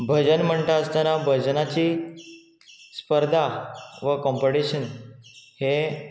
भजन म्हणटा आसतना भजनाची स्पर्धा वो कॉम्पटिशन हे